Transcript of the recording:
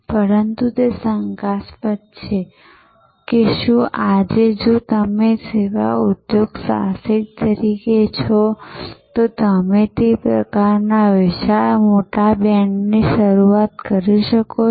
પરંતુ તે શંકાસ્પદ છે કે શું આજે જો તમે સેવા ઉદ્યોગસાહસિક તરીકે છો તો તમે તે પ્રકારના વિશાળ મોટા બેન્ડથી શરૂઆત કરી શકો છો